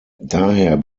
daher